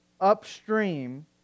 upstream